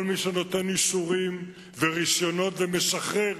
כל מי שנותן אישורים ורשיונות ומשחרר